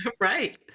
Right